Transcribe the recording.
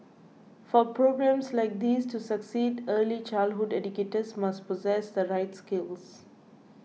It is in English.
for programmes like these to succeed early childhood educators must possess the right skills